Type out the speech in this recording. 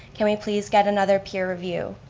can we please get another peer review?